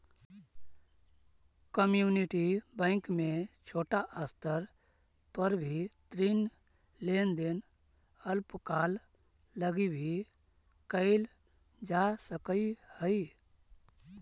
community bank में छोटा स्तर पर भी ऋण लेन देन अल्पकाल लगी भी कैल जा सकऽ हइ